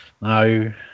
No